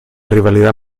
rivalidad